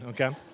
okay